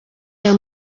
aya